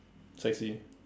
sexy